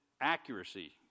accuracy